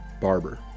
Barber